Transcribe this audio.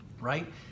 right